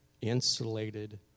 insulated